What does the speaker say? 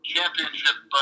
Championship